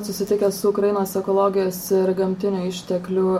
susitikęs su ukrainos ekologijos ir gamtinių išteklių